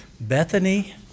Bethany